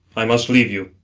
i must leave you.